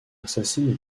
assassine